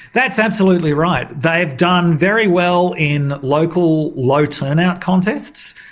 that's absolutely right. they've done very well in local low turn out contests.